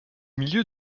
milieu